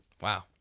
wow